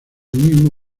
mismo